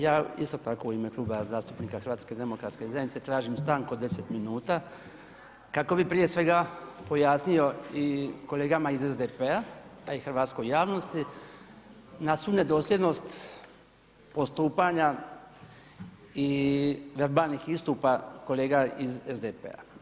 Ja isto tako u ime Kluba zastupnika HDZ-a tražim stanku od 10 minuta kako bi prije svega pojasnio i kolegama iz SDP-a, a i hrvatskoj javnosti na svu nedosljednost postupanja i verbalnih istupa kolega iz SDP-a.